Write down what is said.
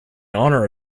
honour